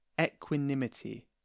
equanimity